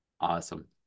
Awesome